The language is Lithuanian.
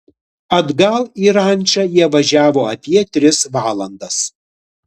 atgal į rančą jie važiavo apie tris valandas